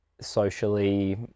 socially